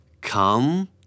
Come